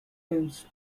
films